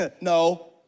No